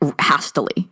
hastily